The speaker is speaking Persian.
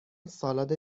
سالاد